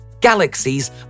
Galaxies